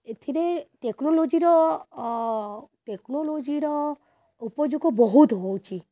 ଏଥିରେ ଟେକ୍ନୋଲୋଜିର ଟେକ୍ନୋଲୋଜିର ଉପଯୋଗ ବହୁତ ହେଉଛି